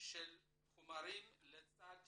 של חומרים לצד